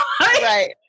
Right